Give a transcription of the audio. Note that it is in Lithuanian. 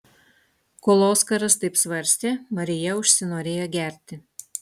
kol oskaras taip svarstė marija užsinorėjo gerti